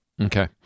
Okay